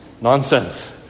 nonsense